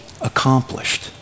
accomplished